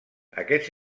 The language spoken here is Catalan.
aquests